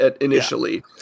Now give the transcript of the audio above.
initially